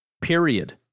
period